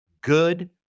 Good